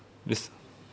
is